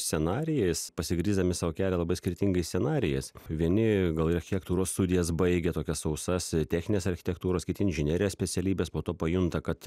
scenarijais pasigrįsdami sau kelią labai skirtingais scenarijais vieni gal architektūros studijas baigę tokias sausas techninės architektūros kiti inžinerijos specialybes po to pajunta kad